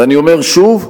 ואני אומר שוב,